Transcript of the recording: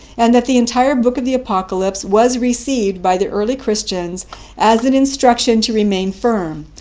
and that the entire book of the apocalypse was received by the early christians as an instruction to remain firm,